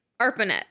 ARPANET